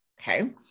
okay